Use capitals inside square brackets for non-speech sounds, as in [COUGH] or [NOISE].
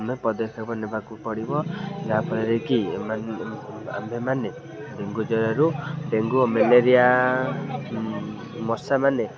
ଆମେ ପଦକ୍ଷେପ ନେବାକୁ ପଡ଼ିବ ଯାହାଫଳରେ କି [UNINTELLIGIBLE] ଆମ୍ଭେମାନେ ଡେଙ୍ଗୁ ଜ୍ୱରରୁ ଡେଙ୍ଗୁ ଓ ମ୍ୟାଲେରିଆ ମଶାମାନେ